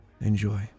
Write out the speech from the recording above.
Enjoy